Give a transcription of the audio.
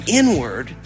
inward